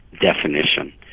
definition